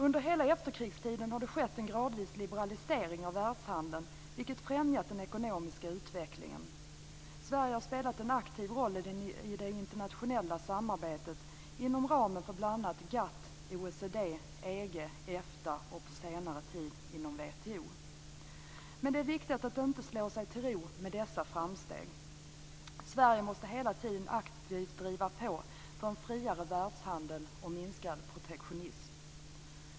Under hela efterkrigstiden har det skett en gradvis liberalisering av världshandeln, vilket har främjat den ekonomiska utvecklingen. Sverige har spelat en aktiv roll i det internationella samarbetet inom ramen för bl.a. GATT, OECD, EG, Efta och på senare tid WTO. Men det är viktigt att inte slå sig till ro med dessa framsteg. Sverige måste hela tiden aktivt driva på för en friare världshandel och en minskad protektionism.